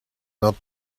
not